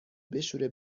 بشوره